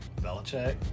Belichick